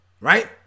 right